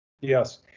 Yes